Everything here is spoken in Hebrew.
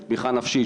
של תמיכה נפשית,